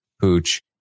Pooch